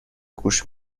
گوش